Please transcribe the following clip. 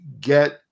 get